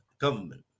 government